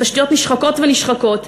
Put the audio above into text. תשתיות נשחקות ונשחקות,